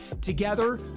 Together